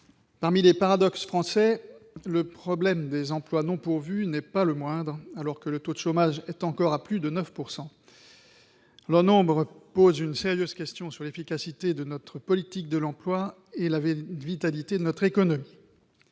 parmi les paradoxes français, le problème des emplois non pourvus n'est pas le moindre, alors que le taux de chômage est encore à plus de 9 %. Leur nombre pose une sérieuse question sur l'efficacité de notre politique de l'emploi et la vitalité de notre économie.